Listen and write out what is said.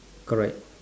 correct